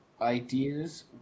ideas